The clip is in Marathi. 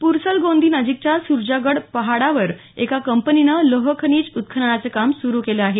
प्रसलगोंदीनजीकच्या स्रजागड पहाडावर एका कंपनीनं लोहखनिज उत्खननाचं काम सुरु आहे